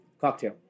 Cocktail